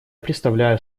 предоставляю